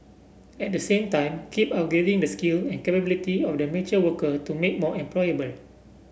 at the same time keep upgrading the skill and capability of the mature worker to make more employable